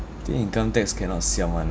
I think income tax cannot siam [one]